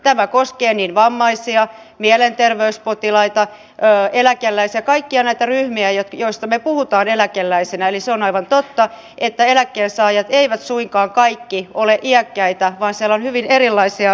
tämä koskee vammaisia mielenterveyspotilaita eläkeläisiä kaikkia näitä ryhmiä joista me puhumme eläkeläisinä eli se on aivan totta että eläkkeensaajat eivät suinkaan kaikki ole iäkkäitä vaan siellä on hyvin erilaisia ryhmiä